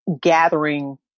gathering